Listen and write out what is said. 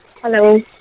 Hello